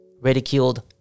ridiculed